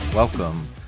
Welcome